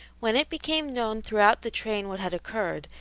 when it became known throughout the train what had occurred,